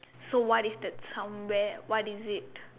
so what is the somewhere what is it